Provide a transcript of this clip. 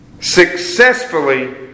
successfully